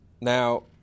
Now